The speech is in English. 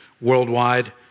worldwide